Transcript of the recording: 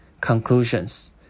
Conclusions